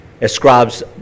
ascribes